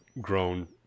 grown